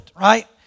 Right